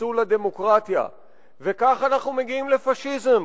חיסול הדמוקרטיה וככה אנחנו מגיעים לפאשיזם.